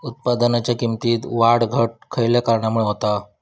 उत्पादनाच्या किमतीत वाढ घट खयल्या कारणामुळे होता?